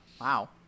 Wow